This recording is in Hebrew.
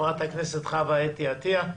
חברת הכנסת חוה אתי עטייה.